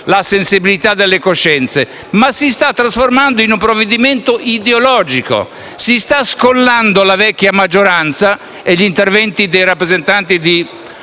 la sensibilità delle coscienze. Esso, infatti, si sta trasformando in un provvedimento ideologico: si sta scollando la vecchia maggioranza (e gli interventi dei rappresentanti di